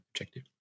objective